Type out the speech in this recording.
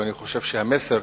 ואני חושב שהמסר